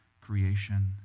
Creation